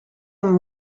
amb